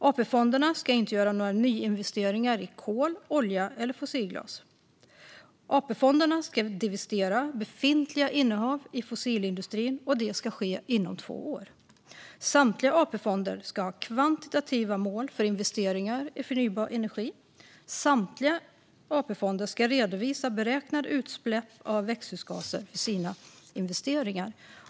AP-fonderna ska inte göra några nyinvesteringar i kol, olja eller fossilgas. AP-fonderna ska divestera befintliga innehav i fossilindustrin, och detta ska ske inom två år. Samtliga AP-fonder ska ha kvantitativa mål för investeringar i förnybar energi. Samtliga AP-fonder ska redovisa beräknade utsläpp av växthusgaser för sina investeringar.